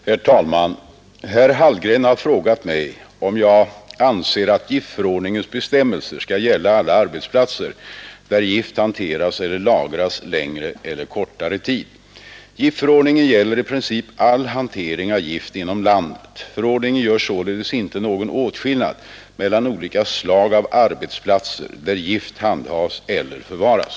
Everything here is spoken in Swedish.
Herr talman! Herr Hallgren har frågat mig om jag anser att giftförordningens bestämmelser skall gälla alla arbetsplatser där gift hanteras eller lagras längre eller kortare tid. Giftförordningen gäller i princip all hantering av gift inom landet. Förordningen gör således inte någon åtskillnad mellan olika slag av arbetsplatser där gift handhas eller förvaras.